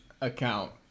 account